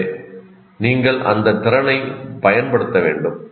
எனவே நீங்கள் அந்த திறனைப் பயன்படுத்த வேண்டும்